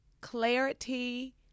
clarity